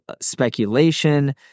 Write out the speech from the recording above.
speculation